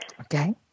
Okay